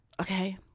okay